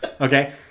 okay